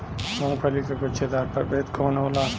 मूँगफली के गुछेदार प्रभेद कौन होला?